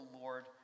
Lord